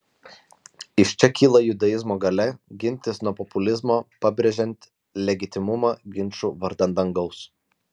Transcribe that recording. iš čia kyla judaizmo galia gintis nuo populizmo pabrėžiant legitimumą ginčų vardan dangaus